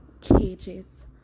cages